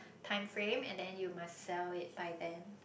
time frame and then you must sell it by then